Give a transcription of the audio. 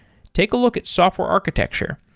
take a look at software architecture.